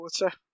water